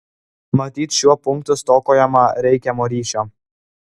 matyt šiuo punktu stokojama reikiamo ryšio